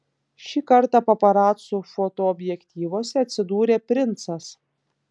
šį kartą paparacų fotoobjektyvuose atsidūrė princas